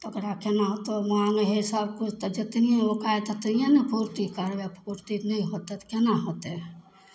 ओकरा केना कऽ माँगै हइ सब चीज तऽ जतनी ओकाति उतनीये नऽ पूर्ति करबय ओत्तेक नै होतय तऽ केना होतय